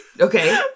Okay